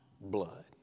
blood